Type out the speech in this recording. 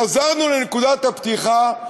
חזרנו לנקודת הפתיחה,